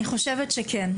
אני חושבת שכן,